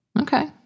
Okay